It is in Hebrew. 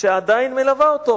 שעדיין מלווה אותו.